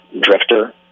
drifter